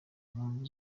mpamvu